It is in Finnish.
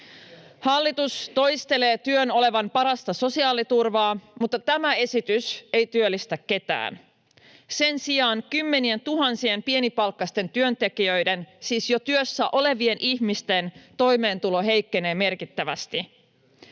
Hallitus toistelee työn olevan parasta sosiaaliturvaa, mutta tämä esitys ei työllistä ketään. Sen sijaan kymmenientuhansien pienipalkkaisten työntekijöiden, siis jo työssä olevien ihmisten, toimeentulo heikkenee merkittävästi.